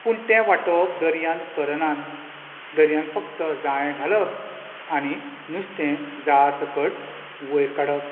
पूण ते वाटोवप दर्यान करनात दर्यान फक्त जाळे घालप आनी नुस्तें जाळ्या सकट वयर काडप